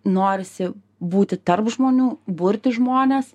norisi būti tarp žmonių burti žmones